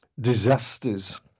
disasters